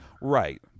Right